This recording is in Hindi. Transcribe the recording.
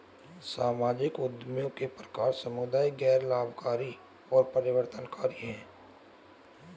सामाजिक उद्यमियों के प्रकार समुदाय, गैर लाभकारी और परिवर्तनकारी हैं